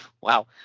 Wow